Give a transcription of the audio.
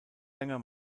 länger